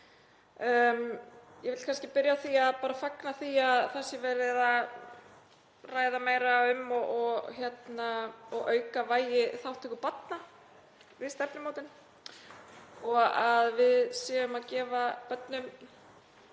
Ég vil byrja á að fagna því að það sé verið að ræða meira um að auka vægi þátttöku barna við stefnumótun og að við séum að gefa börnum